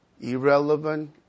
irrelevant